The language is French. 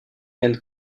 and